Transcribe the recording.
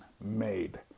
made